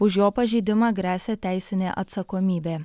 už jo pažeidimą gresia teisinė atsakomybė